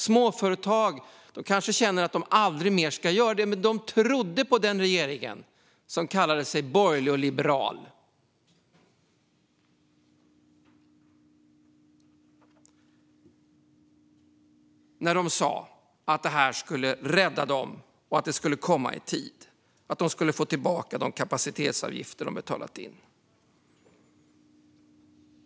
Småföretagen kanske känner att de aldrig mer ska göra det, men de trodde på den här regeringen, som kallade sig borgerlig och liberal, när den sa att detta skulle rädda dem och att det skulle komma i tid - att de skulle få tillbaka de kapacitetsavgifter de betalat in.